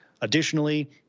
Additionally